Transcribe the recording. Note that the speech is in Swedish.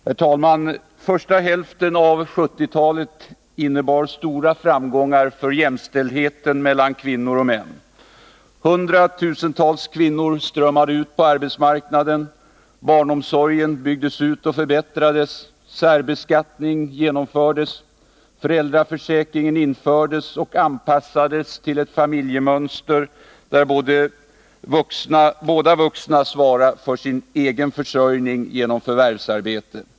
Herr talman! Första hälften av 1970-talet innebar stora framgångar för jämställdheten mellan kvinnor och män. Hundratusentals kvinnor strömmade ut på arbetsmarknaden. Barnomsorgen byggdes ut och förbättrades. Särbeskattning genomfördes. Föräldraförsäkringen infördes och anpassades till ett familjemönster, där båda vuxna svarade för sin egen försörjning genom förvärvsarbete.